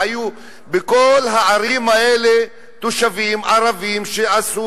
והיו בכל הערים האלה תושבים ערבים שעשו